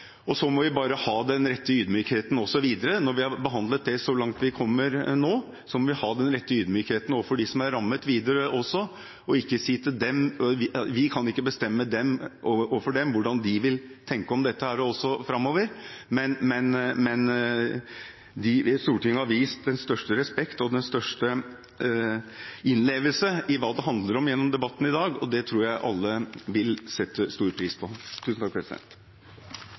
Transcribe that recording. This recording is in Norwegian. det så langt vi kommer nå, må vi ha den samme ydmykheten overfor dem som er rammet, også videre, vi kan ikke bestemme hvordan de vil tenke om dette framover. Men Stortinget har vist den største respekt og den største innlevelse i hva det handler om, gjennom debatten i dag, og det tror jeg alle vil sette stor pris på.